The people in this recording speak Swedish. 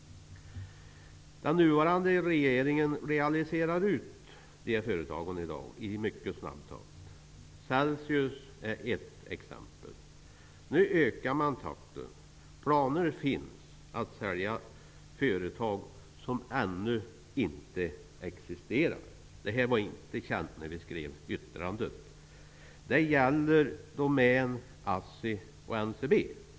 Den nuvarande regeringen säljer i dag ut dessa företag i mycket snabb takt. Celsius är ett exempel. Nu ökar regeringen takten. Det finns planer på att sälja företag som ännu inte existerar; det kände vi inte till när vi skrev yttrandet. Detta gäller Domän, ASSI och NCB.